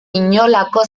inolako